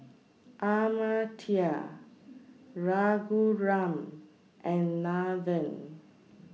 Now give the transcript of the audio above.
Amartya Raghuram and Nathan